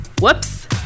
Whoops